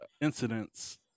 incidents